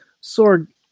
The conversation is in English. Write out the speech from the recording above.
Sword